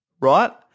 Right